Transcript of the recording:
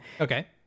Okay